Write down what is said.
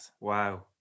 Wow